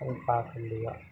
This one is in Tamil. அதை பாக்க முடியும்